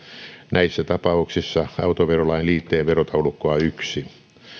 näissä tapauksissa autoverolain liitteen verotaulukkoa yksi